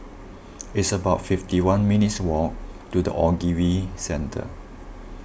it's about fifty one minutes' walk to the Ogilvy Centre